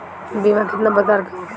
बीमा केतना प्रकार के होखे ला?